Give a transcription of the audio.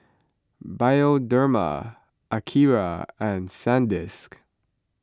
Bioderma Akira and Sandisk